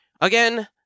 Again